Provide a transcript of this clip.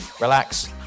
relax